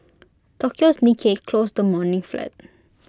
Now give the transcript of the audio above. Tokyo's Nikki closed the morning flat